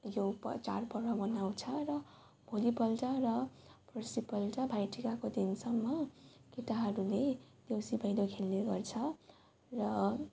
यो चाडपर्व मनाउँछ र भोलिपल्ट र पर्सिपल्ट भइटिकाको दिनसम्म केटाहरूले देउसी भैलो खेल्ने गर्छ र